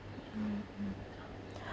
mm mm